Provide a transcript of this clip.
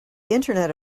internet